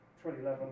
2011